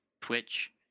Twitch